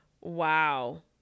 Wow